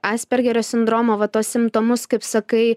aspergerio sindromo va tuos simptomus kaip sakai